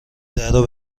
درو